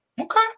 Okay